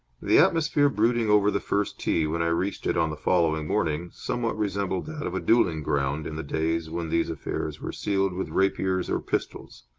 the atmosphere brooding over the first tee when i reached it on the following morning, somewhat resembled that of a duelling-ground in the days when these affairs were sealed with rapiers or pistols.